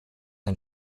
ein